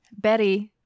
Betty